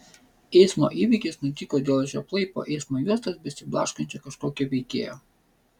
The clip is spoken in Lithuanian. eismo įvykis nutiko dėl žioplai po eismo juostas besiblaškančio kažkokio veikėjo